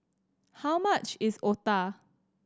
how much is Otah